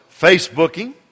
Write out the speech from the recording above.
Facebooking